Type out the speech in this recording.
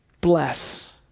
bless